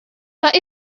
that